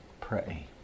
pray